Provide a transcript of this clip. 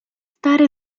stare